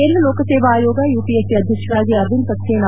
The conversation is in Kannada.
ಕೇಂದ್ರ ಲೋಕಸೇವಾ ಆಯೋಗ ಯುಪಿಎಸ್ಸಿ ಅಧ್ಯಕ್ಷರಾಗಿ ಅರವಿಂದ್ ಸಕ್ಷೇನಾ